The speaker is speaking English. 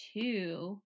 two